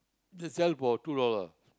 they sell for two dollar